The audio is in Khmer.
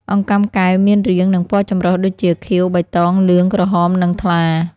អង្កាំកែវមានរាង និងពណ៌ចម្រុះដូចជា ខៀវ បៃតង លឿង ក្រហម និងថ្លា។